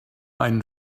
einen